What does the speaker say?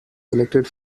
elected